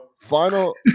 Final